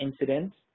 incidents